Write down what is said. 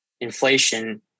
Inflation